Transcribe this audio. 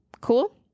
Cool